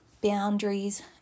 boundaries